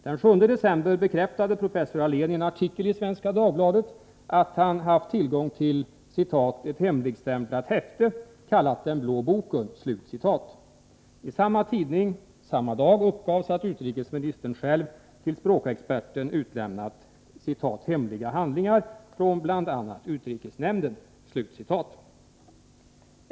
Den 7 december bekräftade professor Allén i en artikel i Svenska Dagbladet att han haft tillgång till ”ett hemligstämplat häfte, kallat den blå boken”. I samma tidning, samma dag, uppgavs att utrikesministern själv till språkexperten utlämnat ”hemliga handlingar från bl.a. utrikesnämnden”.